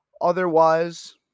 Otherwise